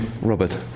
Robert